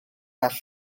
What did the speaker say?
all